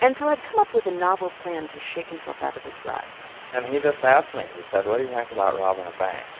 and so had come up with a novel plan to shake himself out of his rut and he just asked me he said, what do you think about robbing a bank?